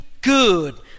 good